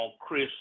Chris